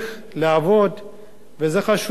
זה חשוב גם לציבור הישראלי.